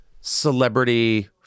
celebrity